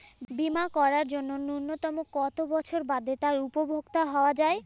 বীমা করার জন্য ন্যুনতম কত বছর বাদে তার উপভোক্তা হওয়া য়ায়?